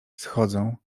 schodzą